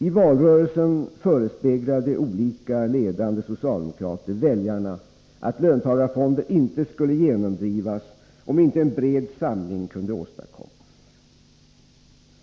I valrörelsen förespeglade olika ledande socialdemokrater väljarna att löntagarfonder inte skulle genomdrivas om inte en bred samling kunde åstadkommas.